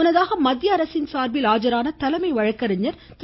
முன்னதாக மத்திய அரசு சார்பில் ஆஜரான தலைமை வழக்கறிஞர் திரு